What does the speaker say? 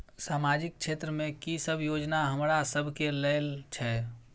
सामाजिक क्षेत्र में की सब योजना हमरा सब के लेल छै?